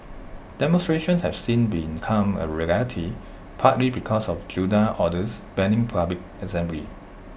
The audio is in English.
demonstrations have since become A rarity partly because of junta orders banning public assembly